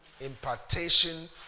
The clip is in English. Impartation